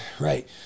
right